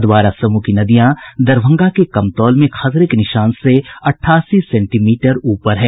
अधवारा समूह की नदियां दरभंगा के कमतौल में खतरे के निशान से अठासी सेंटीमीटर ऊपर है